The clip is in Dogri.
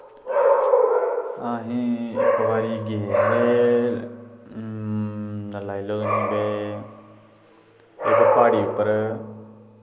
असें इक बारी गे हे ते लाई लैओ के प्हाड़ी उप्पर